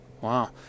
Wow